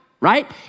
right